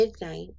midnight